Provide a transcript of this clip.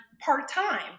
part-time